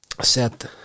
Set